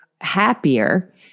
happier